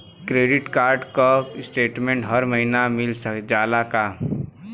Credit card क statement हर महिना मिल जाला का?